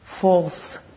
false